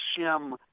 shim